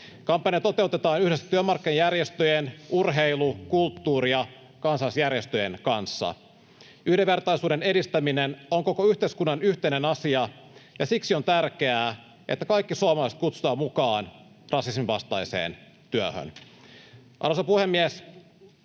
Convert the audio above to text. Kampanja toteutetaan yhdessä työmarkkinajärjestöjen sekä urheilu-, kulttuuri- ja kansalaisjärjestöjen kanssa. Yhdenvertaisuuden edistäminen on koko yhteiskunnan yhteinen asia, ja siksi on tärkeää, että kaikki suomalaiset kutsutaan mukaan rasisminvastaiseen työhön. Arvoisa puhemies!